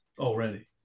Already